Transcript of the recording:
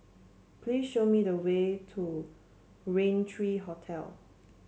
please show me the way to Rain three Hotel